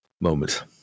moment